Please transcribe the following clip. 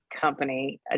company